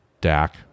dak